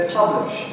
publish